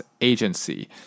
agency